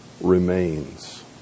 remains